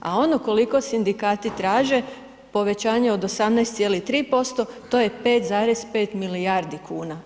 A ono koliko sindikati traže povećanje od 18,3% to je 5,5 milijardi kuna.